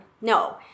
No